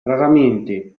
raramente